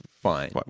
Fine